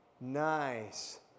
Nice